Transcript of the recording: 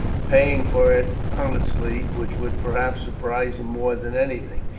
paying for it honestly, which would perhaps surprise him more than anything.